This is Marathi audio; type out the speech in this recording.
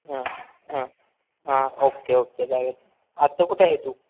हां हां हां ओके ओके जाऊयात आत्ता कुठं आहे तू